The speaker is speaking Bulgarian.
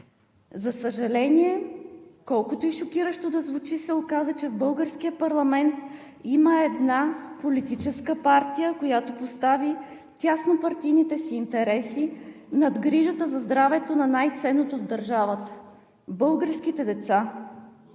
За съжаление, колкото и шокиращо да звучи, се оказа, че в българския парламент има една политическа партия, която постави тяснопартийните си интереси над грижата за здравето на най-ценното в държавата – българските деца.